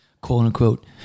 quote-unquote